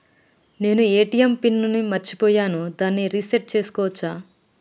నేను ATM pin ని మరచిపోయాను దాన్ని రీ సెట్ చేసుకోవచ్చా?